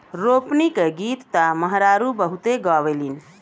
रोपनी क गीत त मेहरारू बहुते गावेलीन